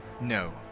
No